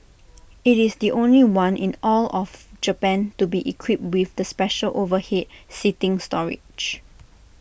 IT is the only one in all of Japan to be equipped with the special overhead seating storage